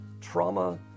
Trauma